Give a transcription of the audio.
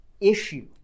issue